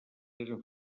eren